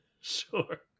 Sure